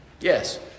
Yes